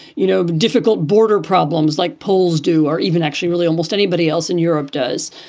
you know, difficult border problems like polls do or even actually really almost anybody else in europe does.